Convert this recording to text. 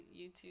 YouTube